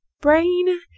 brain